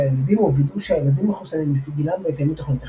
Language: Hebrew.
הילדים וווידאו שהילדים מחוסנים לפי גילם בהתאם לתוכנית החיסונים.